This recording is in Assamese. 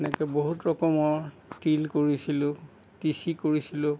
এনেকৈ বহুত ৰকমৰ তিল কৰিছিলোঁ তিচি কৰিছিলোঁ